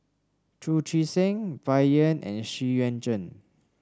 Chu Chee Seng Bai Yan and Xu Yuan Zhen